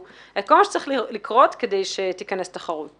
את כל מה שצריך לקרות כדי שתיכנס תחרות